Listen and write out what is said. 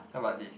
how about this